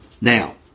Now